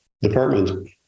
department